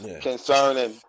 concerning